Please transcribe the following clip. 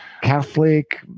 Catholic